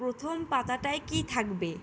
প্রথম পাতাটায় কী থাকবে